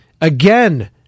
again